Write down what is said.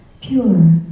pure